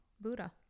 buddha